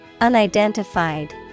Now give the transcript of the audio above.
Unidentified